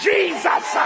Jesus